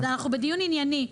אבל אנחנו בדיון ענייני.